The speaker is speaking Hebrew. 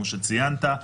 כמו שציינת.